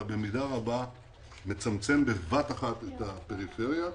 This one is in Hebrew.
אתה במידה רבה מצמצם בבת אחת את הפריפריה.